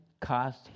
cost